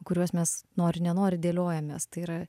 kuriuos mes nori nenori dėliojamės tai yra